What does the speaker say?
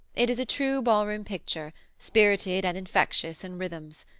it is a true ballroom picture, spirited and infectious in rhythms.